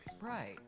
Right